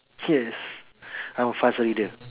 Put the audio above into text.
yes I'm a fast reader